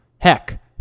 Heck